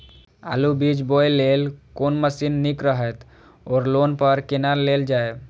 आलु बीज बोय लेल कोन मशीन निक रहैत ओर लोन पर केना लेल जाय?